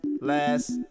Last